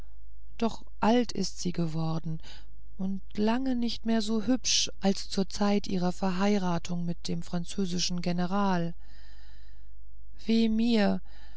doch alt ist sie geworden und lange nicht mehr so hübsch als zur zeit ihrer verheiratung mit einem französischen general weh mir